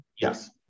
Yes